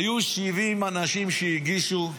היו 70 אנשים שהגישו,